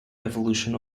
evolution